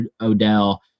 Odell